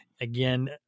Again